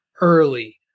early